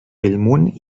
bellmunt